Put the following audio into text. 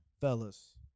Fellas